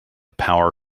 power